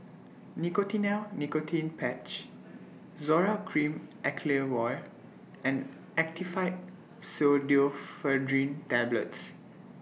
Nicotinell Nicotine Patch Zoral Cream Acyclovir and Actifed Pseudoephedrine Tablets